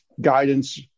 guidance